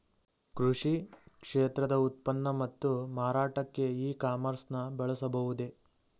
ಕೃಷಿ ಕ್ಷೇತ್ರದ ಉತ್ಪನ್ನ ಮತ್ತು ಮಾರಾಟಕ್ಕೆ ಇ ಕಾಮರ್ಸ್ ನ ಬಳಸಬಹುದೇ?